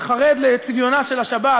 שחרד לצביונה של השבת,